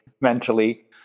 mentally